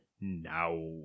now